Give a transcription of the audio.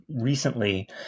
recently